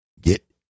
Get